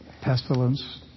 Pestilence